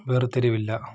വേര്തിരിവില്ല